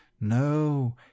no